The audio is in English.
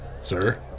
Sir